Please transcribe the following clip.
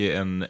en